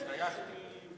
השתייכתי.